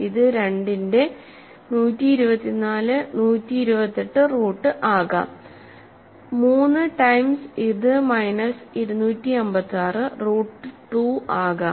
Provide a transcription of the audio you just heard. ഇത് 2 ന്റെ 124 128 റൂട്ട് ആകാം 3 ടൈംസ് ഇത് മൈനസ് 256 റൂട്ട് 2 അകാം